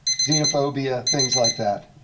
xenophobia, things like that.